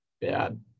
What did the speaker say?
bad